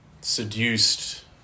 seduced